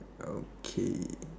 okay